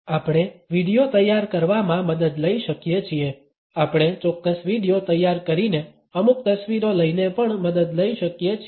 આપણે વીડિયો તૈયાર કરવામાં મદદ લઈ શકીએ છીએ આપણે ચોક્ક્સ વીડિયો તૈયાર કરીને અમુક તસવીરો લઈને પણ મદદ લઈ શકીએ છીએ